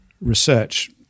research